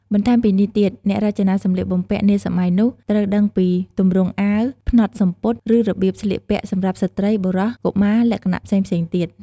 បន្ថែមពីនេះទៀតអ្នករចនាសម្លៀកបំពាក់នាសម័យនោះត្រូវដឹងពី ទម្រង់អាវ ផ្នត់សំពត់ ឬរបៀបស្លៀកពាក់សម្រាប់ស្រ្តី បុរស កុមារ លក្ខណៈផ្សេងៗទៀត ។